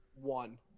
one